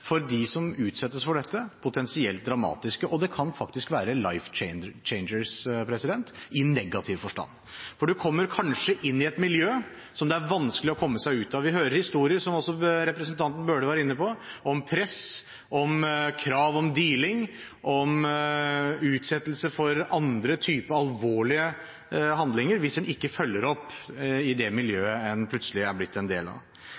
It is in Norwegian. for dem som utsettes for dette, potensielt dramatiske – det kan faktisk være «life changers» i negativ forstand. Man kommer kanskje inn i et miljø som det er vanskelig å komme seg ut av. Vi hører historier, som også representanten Bøhler var inne på, om press, om krav om «dealing», om at man utsettes for andre typer alvorlige handlinger hvis en ikke følger opp i det miljøet en plutselig er blitt en del av. Det gjøres et svært viktig forebyggingsarbeid av